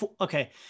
Okay